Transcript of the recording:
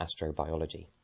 astrobiology